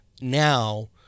Now